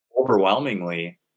overwhelmingly